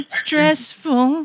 stressful